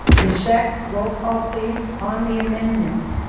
ms. shek roll call please on the amendment.